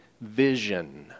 vision